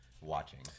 watching